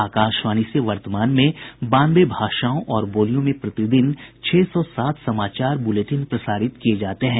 आकाशवाणी से वर्तमान में बानवे भाषाओं और बोलियों में प्रतिदिन छह सौ सात समाचार ब्रलेटिन प्रसारित किये जाते हैं